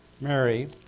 Mary